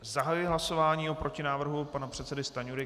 Zahajuji hlasování o protinávrhu pana předsedy Stanjury.